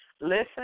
listen